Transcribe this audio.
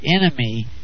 enemy